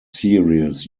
series